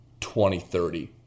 2030